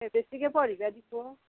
বেছিকৈ পঢ়িব দিব